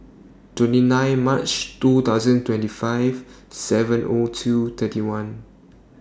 twenty nine March two thousand twenty five seven O two thirty one